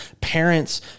parents